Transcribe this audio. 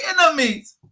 enemies